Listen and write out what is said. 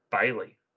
Bailey